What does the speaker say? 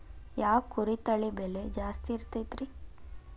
ಯಾವ ಕುರಿ ತಳಿ ಬೆಲೆ ಜಾಸ್ತಿ ಇರತೈತ್ರಿ?